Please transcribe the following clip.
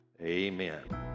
Amen